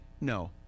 no